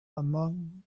among